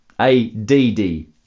A-D-D